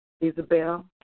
Isabel